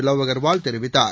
லாவ் அகர்வால் தெரிவித்தார்